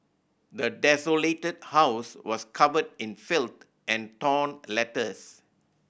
the desolated house was covered in filth and torn letters